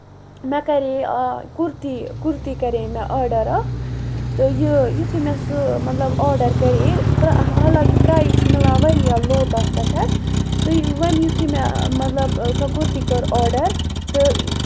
مےٚ کَرے کُرتی کُرتی کَرے مےٚ آرڈر اکھ تہٕ یہِ یِتھُے مےٚ سُہ مطلب آرڈر کَرے تہٕ حالنٛکہِ پریز چھُ مِلان واریاہ لو تَتھ پٮ۪ٹھ تہٕ وۄنۍ یِتھُے مےٚ مطلب سۄ کُرتی کٔر آرڈر تہٕ